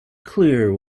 clear